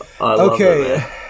okay